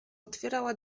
otwierała